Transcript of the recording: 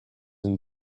and